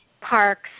Parks